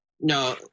No